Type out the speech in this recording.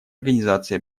организации